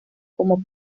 como